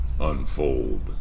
unfold